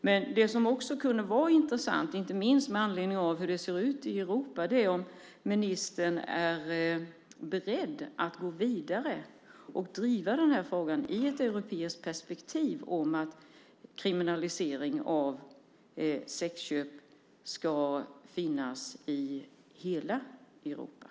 Men det kunde också vara intressant, inte minst med anledning av hur det ser ut i Europa, att höra om ministern är beredd att gå vidare och driva frågan om att sexköp ska vara kriminaliserat i hela Europa.